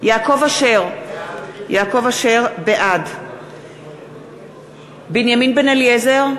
יעקב אשר, בעד בנימין בן-אליעזר,